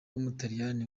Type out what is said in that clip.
w’umutaliyani